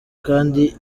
kandi